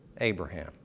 Abraham